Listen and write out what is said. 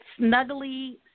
snuggly